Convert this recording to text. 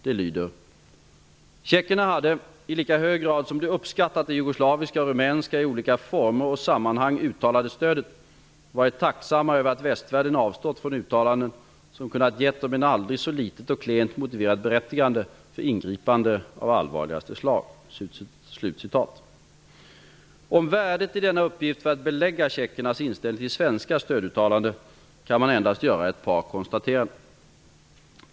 Det lyder: ''Tjeckerna hade, i lika hög grad som de uppskattat det jugoslaviska och rumänska i olika former och sammanhang uttalade stödet, varit tacksamma över att västvärlden avstått från uttalanden, som kunde gett om än aldrig så litet och klent motiverat berättigande för ingripanden av allvarligaste slag.'' Om värdet i denna uppgift för att belägga tjeckernas inställning till svenska stöduttalanden kan man genast göra ett par konstateranden.